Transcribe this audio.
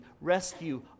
rescue